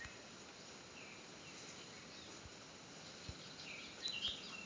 पर्यायी बँका खयचे खयचे सेवा देतत?